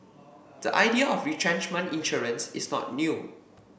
the idea of retrenchment insurance is not new